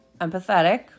empathetic